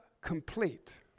complete